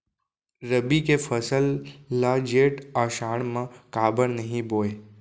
रबि के फसल ल जेठ आषाढ़ म काबर नही बोए?